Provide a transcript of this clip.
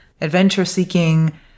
adventure-seeking